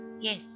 yes